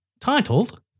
titled